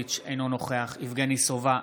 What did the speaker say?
אינו נוכח יבגני סובה,